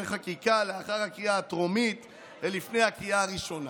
חקיקה לאחר הקריאה הטרומית ולפני הקריאה הראשונה.